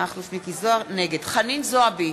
חנין זועבי,